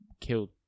killed